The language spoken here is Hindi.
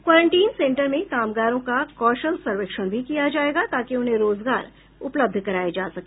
क्वारेंटीन सेन्टर में कामगारों का कौशल सर्वेक्षण भी किया जाएगा ताकि उन्हें रोजगार उपलब्ध कराया जा सके